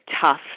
tough